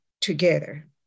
together